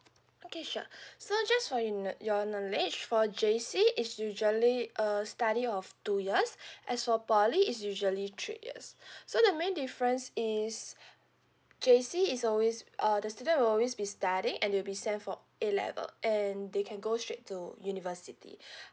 okay sure so just for your kn~ your knowledge for J_C it's usually a study of two years as for poly it's usually three years so the main difference is J_C is always uh the student will always be studying and they'll be sent for A level and they can go straight to university